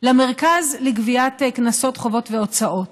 למרכז לגביית קנסות, חובות והוצאות.